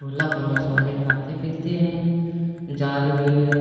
टाला परोस वाले खाते पीते हैं जाल है